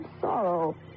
sorrow